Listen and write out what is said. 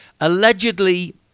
Allegedly